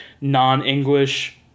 non-English